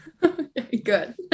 Good